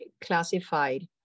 classified